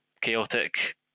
chaotic